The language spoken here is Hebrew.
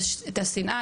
את השנאה,